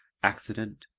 accident,